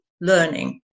learning